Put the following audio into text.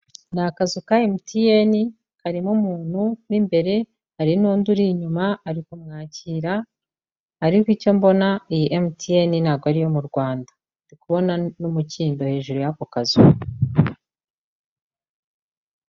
Ni akazu ka Emutiyeni karimo umuntu mo imbere hari n'undi uri inyuma ari kumwakira, ariko icyo mbona iyi Emutiyeni ntabwo ari iyo mu Rwanda, ndi kubona n'umukindo hejuru y'ako kazu.